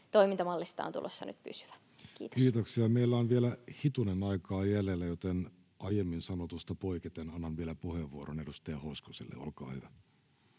toimintamallista on tulossa nyt pysyvä. — Kiitos. Kiitoksia. — Meillä on vielä hitunen aikaa jäljellä, joten aiemmin sanotusta poiketen annan vielä puheenvuoron edustaja Hoskoselle, olkaa hyvä.